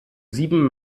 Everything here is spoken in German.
sieben